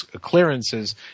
clearances